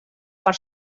per